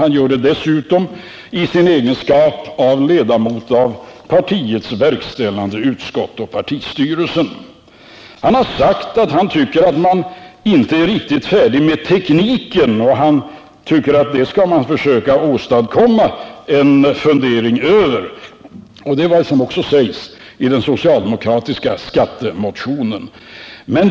Han gör det dessutom i sin egenskap av ledamot av partiets verkställande utskott och partistyrelsen. Han har sagt att han tycker att man inte är riktigt färdig med tekniken och att man bör fundera över den. Det är också vad som sägs i den socialdemokratiska skattemotionen.